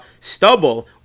stubble